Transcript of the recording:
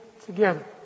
together